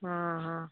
आं हा